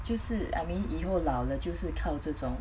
就是 I mean 以后老了就是靠这种